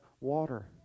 water